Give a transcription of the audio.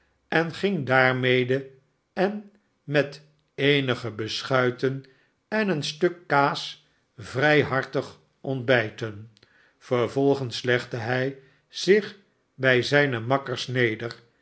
en ging daarmede en met eenige beschuiten en een stuk kaas vrij hartig ontbijten vervolgens legde hij zich bij zijne makkers nederen